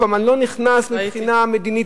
אני לא נכנס לזה מבחינה מדינית,